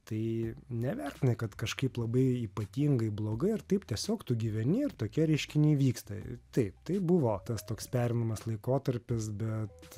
tai nevertinai kad kažkaip labai ypatingai blogai ar taip tiesiog tu gyveni ir tokie reiškiniai vyksta taip tai buvo tas toks pereinamas laikotarpis bet